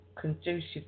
conducive